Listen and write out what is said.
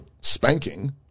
spanking